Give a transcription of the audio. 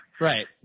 Right